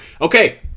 Okay